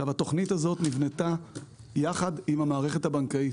התוכנית הזאת נבנתה יחד עם המערכת הבנקאית.